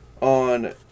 on